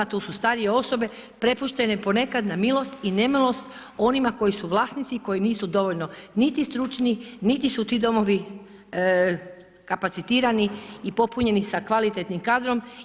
Tu su starije osobe prepuštene ponekad na milost i nemilost onima koji su vlasnici i koji nisu dovoljno niti stručni, niti su ti domovi kapacitirani i popunjeni sa kvalitetnim kadrom.